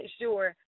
sure